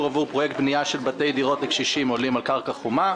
עבור פרויקט בנייה של בתי דירות לקשישים עולים על קרקע חומה,